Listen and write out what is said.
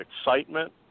excitement